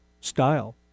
style